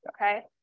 okay